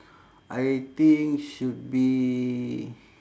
I think should be